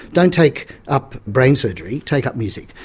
don't take up brain surgery, take up music,